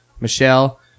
Michelle